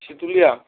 Situlia